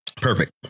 Perfect